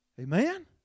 Amen